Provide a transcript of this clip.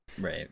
right